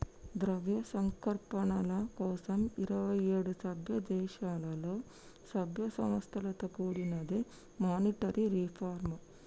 ద్రవ్య సంస్కరణల కోసం ఇరవై ఏడు సభ్యదేశాలలో, సభ్య సంస్థలతో కూడినదే మానిటరీ రిఫార్మ్